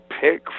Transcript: pick